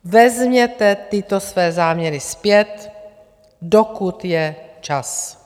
Vezměte tyto své záměry zpět, dokud je čas.